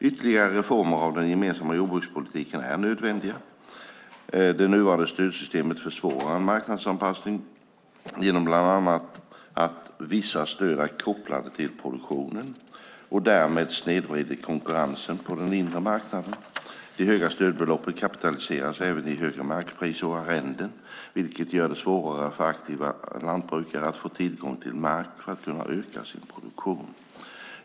Ytterligare reformer av den gemensamma jordbrukspolitiken är nödvändiga. Det nuvarande stödsystemet försvårar en marknadsanpassning bland annat genom att vissa stöd är kopplade till produktionen och därmed snedvrider konkurrensen på den inre marknaden. De höga stödbeloppen kapitaliseras även i högre markpriser och arrenden, vilket gör det svårare för aktiva lantbrukare att få tillgång till mark för att kunna öka sin produktion.